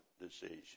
decision